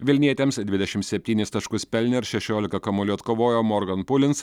vilnietėms dvidešim septynis taškus pelnė ir šešiolika kamuolių atkovojo morgan pulins